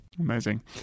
amazing